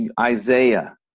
Isaiah